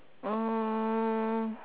uh